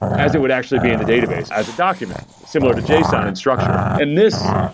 as it would actually be in the database as a document similar to json and structure. and this,